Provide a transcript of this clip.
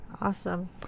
Awesome